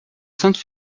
sainte